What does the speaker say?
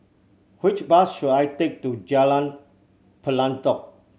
which bus should I take to Jalan Pelatok